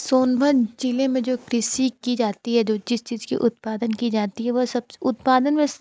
सोनभद्र जिले में जो कृषि की जाती है जो जिस चीज की उत्पादन की जाती वह सबसे उत्पादन में